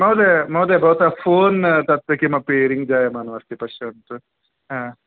महोदय महोदय भवतः फ़ोन् तत् किमपि रिङ्ग् जायमानमस्ति पश्यन्तु ह